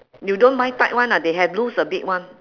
you don't buy tight one ah they have loose a bit one